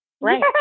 Right